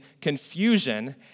confusion